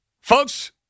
folks